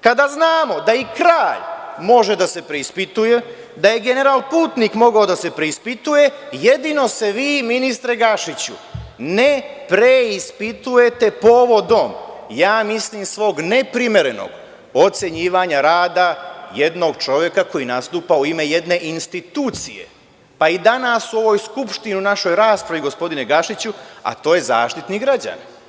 kada znamo da i kralj može da se preispituje, da je general Putnik mogao da se preispituje, jedino se vi, ministre Gašiću, ne preispitujete povodom, ja mislim, svog neprimerenog ocenjivanja rada jednog čoveka koji nastupa u ime jedne institucije, pa i danas, u ovoj Skupštini, u našoj raspravi, gospodine Gašiću, a to je Zaštitnik građana.